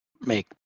make